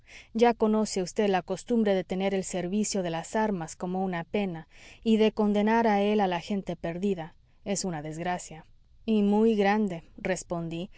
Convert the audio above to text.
ya conoce vd la costumbre de tener el servicio de las armas como una pena y de condenar a él a la gente perdida es una desgracia y muy grande respondí